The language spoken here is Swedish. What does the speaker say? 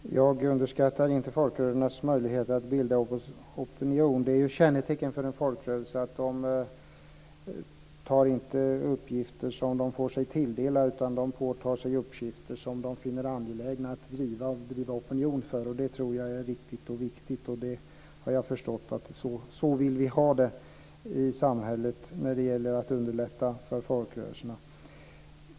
Fru talman! Jag underskattar inte folkrörelsernas möjligheter att bilda opinion. Det är ju kännetecken för en folkrörelse att den inte tar uppgifter som den får sig tilldelade utan påtar sig uppgifter som den finner angelägna och vill driva opinion för. Det tror jag är riktigt och viktigt, och jag har förstått att det är så vi vill ha det i samhället när det gäller att underlätta för folkrörelserna.